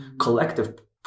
collective